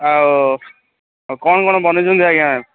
ଆଉ କ'ଣ କ'ଣ ବନେଇଛନ୍ତି ଆଜ୍ଞା